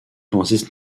francis